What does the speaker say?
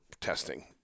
testing